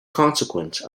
consequence